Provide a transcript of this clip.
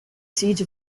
siege